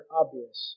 obvious